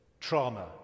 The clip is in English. trauma